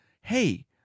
hey